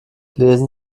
lesen